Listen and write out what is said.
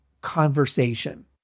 conversation